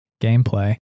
gameplay